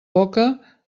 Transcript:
boca